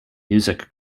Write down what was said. music